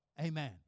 Amen